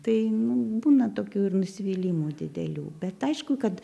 tai nu būna tokių ir nusivylimų didelių bet aišku kad